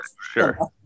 sure